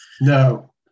No